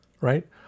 right